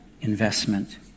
investment